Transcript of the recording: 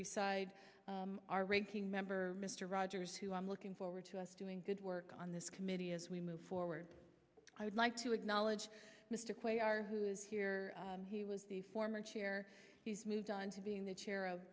beside our ranking member mr rogers who i'm looking forward to us doing good work on this committee as we move forward i would like to acknowledge mr clay our who is here he was the former chair he's moved on to being the chair of